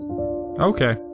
Okay